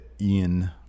Ian